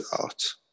out